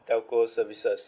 telco services